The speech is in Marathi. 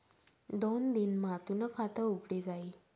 दोन दिन मा तूनं खातं उघडी जाई